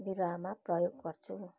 बिरुवामा प्रयोग गर्छु